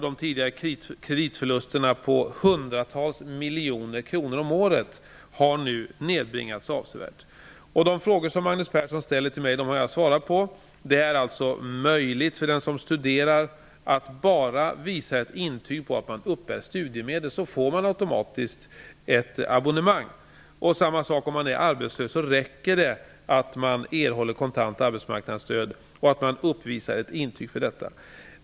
De tidigare kreditförlusterna på hundratals miljoner kronor om året har nu nedbringats avsevärt. De frågor som Magnus Persson ställer till mig har jag svarat på. Det är alltså möjligt för den som studerar att, bara genom att visa ett intyg på att man uppbär studiemedel, få ett abonnemang. Samma sak gäller om man är arbetslös. Det räcker med att uppvisa ett intyg för att man erhåller kontant arbetsmarknadsstöd.